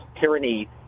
tyranny